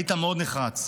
היית מאוד נחרץ.